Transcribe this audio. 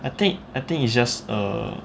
I think I think it's just err